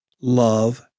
love